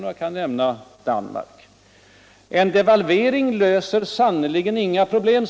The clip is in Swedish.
Jag sade vidare, herr Palme: ”Och en devalvering löser definitivt inga problem.